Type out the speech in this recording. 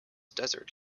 desert